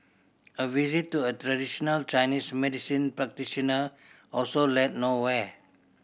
a visit to a traditional Chinese medicine practitioner also led nowhere